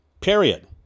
Period